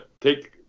take